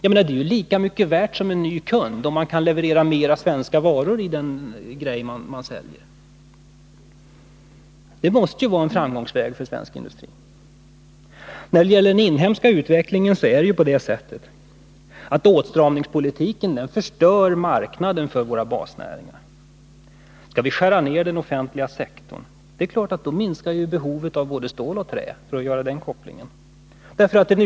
Det är lika mycket värt som en ny kund, om man kan leverera mera svenska varor i den grej man säljer. Det måste vara en framgångsväg för svensk industri. Åtstramningspolitiken förstör marknaden för våra basnäringar. Skall vi skära ner den offentliga sektorn, är det klart att behovet minskar av både stål och trä, för att göra den kopplingen till träindustrin.